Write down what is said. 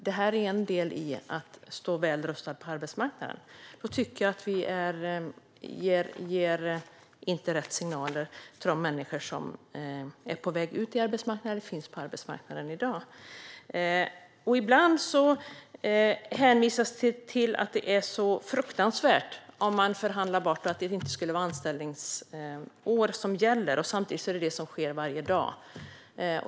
Den här tydligheten gäller inte bara oss i politiken eller arbetsgivarna utan även individen. Man måste veta att detta är en del av att stå väl rustad på arbetsmarknaden. Ibland hänvisas det till att det vore fruktansvärt att förhandla bort att inte anställningsåren gäller. Samtidigt sker detta varje dag.